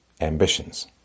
ambitions